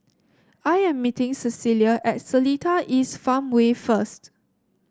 I am meeting Cecilia at Seletar East Farmway first